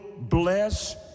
bless